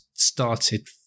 started